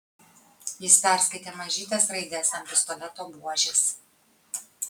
jis perskaitė mažytes raides ant pistoleto buožės